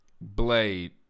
Blade